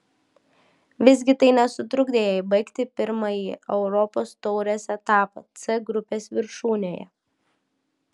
visgi tai nesutrukdė jai baigti pirmąjį europos taurės etapą c grupės viršūnėje